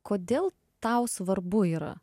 kodėl tau svarbu yra